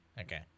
Okay